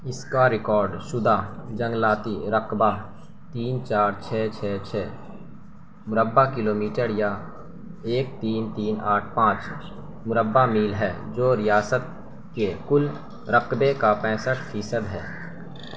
اس کا ریکارڈ شدہ جنگلاتی رقبہ تین چار چھ چھ چھ مربع کلو میٹر یا ایک تین تین آٹھ پانچ مربع میل ہے جو ریاست کے کل رقبے کا پینسٹھ فیصد ہے